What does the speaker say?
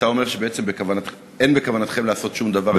אתה אומר שבעצם אין בכוונתכם לעשות שום דבר להשוואה.